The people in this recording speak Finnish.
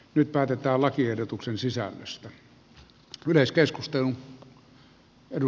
nyt päätetään lakiehdotuksen sisällöstä